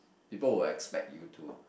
people will expect you to